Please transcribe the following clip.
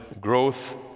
growth